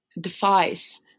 defies